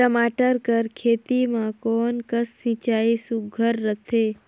टमाटर कर खेती म कोन कस सिंचाई सुघ्घर रथे?